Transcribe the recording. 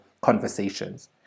conversations